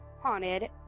Haunted